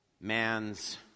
man's